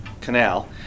canal